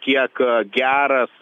kiek geras